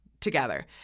together